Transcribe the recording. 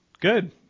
Good